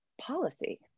policy